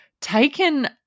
taken